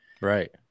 Right